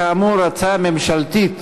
כאמור, הצעה ממשלתית.